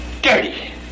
Dirty